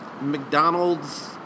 McDonald's